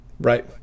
Right